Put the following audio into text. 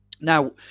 Now